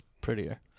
prettier